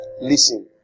Listen